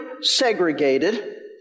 segregated